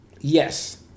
Yes